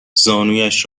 زانویش